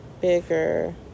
bigger